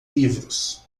livros